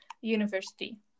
university